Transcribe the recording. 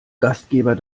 gastgeber